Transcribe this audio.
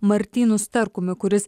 martynu starkumi kuris